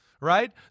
right